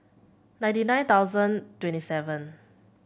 ninety nine thousand twenty seven